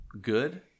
Good